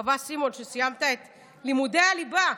אני מקווה, סימון, שסיימת את לימודי הליבה.